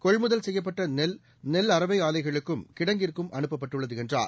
கொள்முதல் செய்யப்பட்ட நெல் நெல் அரவை ஆலைகளுக்கும் கிடங்கிற்கும் அனுப்பப்பட்டுள்ளது என்றார்